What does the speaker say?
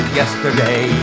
yesterday